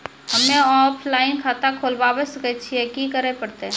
हम्मे ऑफलाइन खाता खोलबावे सकय छियै, की करे परतै?